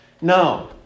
no